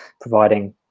providing